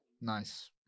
Nice